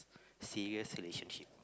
serious relationship